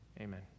amen